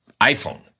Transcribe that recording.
iPhone